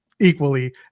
equally